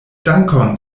dankon